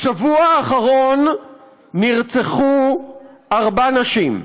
בשבוע האחרון נרצחו ארבע נשים: